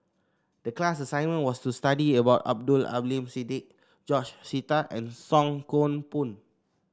the class assignment was to study about Abdul Aleem Siddique George Sita and Song Koon Poh